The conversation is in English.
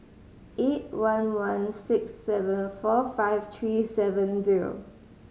eight one one six seven four five three seven zero